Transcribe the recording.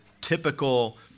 typical